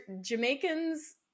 Jamaicans